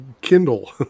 Kindle